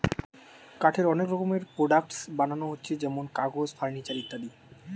কাঠের অনেক রকমের প্রোডাক্টস বানানা হচ্ছে যেমন কাগজ, ফার্নিচার ইত্যাদি